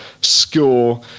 score